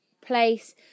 place